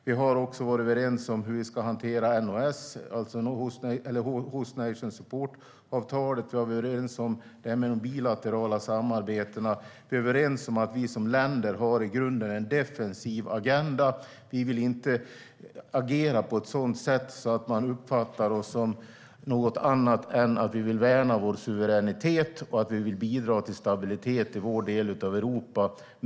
Vi har varit överens om hur vi ska hantera HNS, alltså host nation support-avtalet. Vi har varit överens om de bilaterala samarbetena. Vi är överens om att vi som länder i grunden har en defensiv agenda. Vi vill inte agera på ett sådant sätt att man uppfattar det som något annat än att vi vill värna vår suveränitet och att vi vill bidra till stabilitet i vår del av Europa.